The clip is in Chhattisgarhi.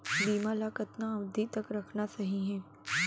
बीमा ल कतना अवधि तक रखना सही हे?